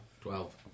Twelve